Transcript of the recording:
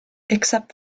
except